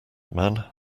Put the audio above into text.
man